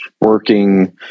working